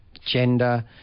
gender